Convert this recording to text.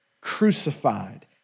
crucified